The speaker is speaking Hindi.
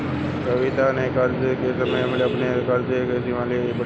कविता ने कर्ज का समय पर भुगतान करके अपने कर्ज सीमा को बढ़ाया